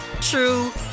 true